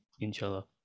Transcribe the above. Inshallah